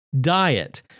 diet